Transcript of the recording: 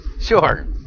Sure